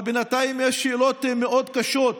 אבל בינתיים יש שאלות מאוד קשות: